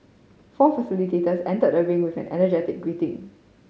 four facilitators enter the ring with an energetic greeting